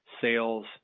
sales